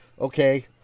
okay